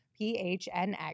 PHNX